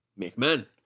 McMahon